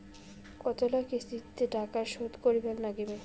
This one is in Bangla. কতোলা কিস্তিতে টাকা শোধ করিবার নাগীবে?